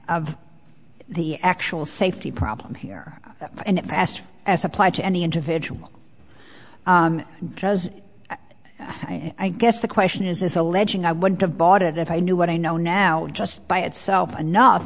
of the actual safety problem here and it passed as apply to any individual because i guess the question is alleging i wouldn't have bought it if i knew what i know now just by itself enough